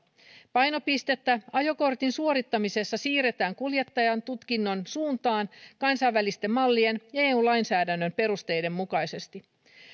painopistettä ajokortin suorittamisessa siirretään kuljettajantutkinnon suuntaan kansainvälisten mallien ja eu lainsäädännön perusteiden mukaisesti